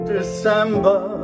December